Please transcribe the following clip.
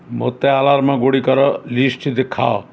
ମୋତେ ଆଲାର୍ମ୍ଗୁଡ଼ିକର ଲିଷ୍ଟ୍ ଦେଖାଅ